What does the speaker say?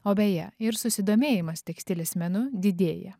o beje ir susidomėjimas tekstilės menu didėja